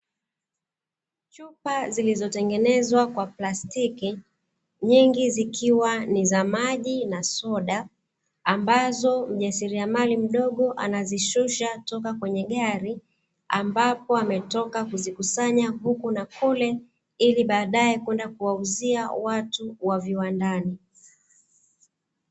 Chupa zilizo tengenezwa kwa plastiki nyingi zikiwa ni za maji na soda, ambazo mjasiriamali mdogo anazishusha kutoka kwenye gari, ambapo ametoka kuzikusanya huku na kule ili baadae kwenda kuwauzia watu wa viwandani.